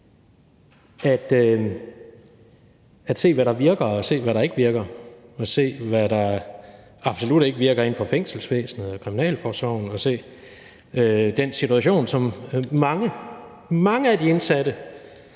at se, hvad der virker, og se, hvad der ikke virker, og se, hvad der absolut ikke virker inden for fængselsvæsenet eller kriminalforsorgen, og se den situation, som mange af de indsatte